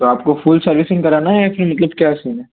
तो आपको full servicing कराना है या फिर मतलब क्या सीन है